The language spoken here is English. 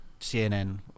CNN